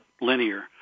linear